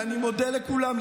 אני מודה לכולם,